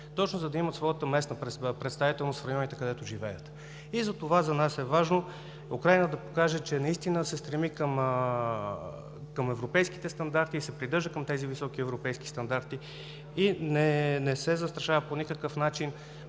точно за да имат своята местна представителност в районите, където живеят и затова за нас е важно Украйна да покаже, че наистина се стреми към европейските стандарти и се придържа към тези високи европейски стандарти и не се застрашава по никакъв начин